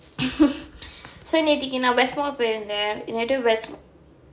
so நேதிக்கு நான்:nethtikku naan west mall போயிருந்தேன்:poyirunthaen